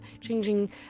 changing